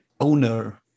owner